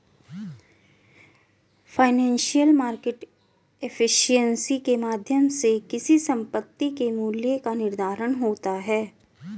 financial market efficiency के माध्यम से किसी संपत्ति के मूल्य का निर्धारण होता है